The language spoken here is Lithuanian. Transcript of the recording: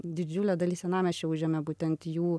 didžiulė dalis senamiesčio užėmė būtent jų